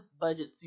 budget